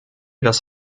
dass